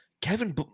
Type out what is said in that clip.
Kevin